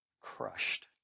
crushed